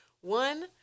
one